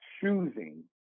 choosing